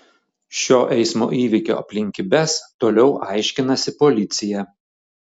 šio eismo įvykio aplinkybes toliau aiškinasi policija